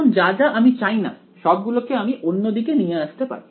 এখন যা যা আমি চাইনা সবগুলোকে আমি অন্য দিকে নিয়ে আসতে পারি